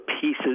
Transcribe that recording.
pieces